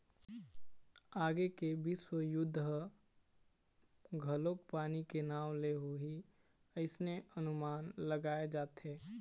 आगे के बिस्व युद्ध ह घलोक पानी के नांव ले होही अइसने अनमान लगाय जाथे